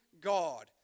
God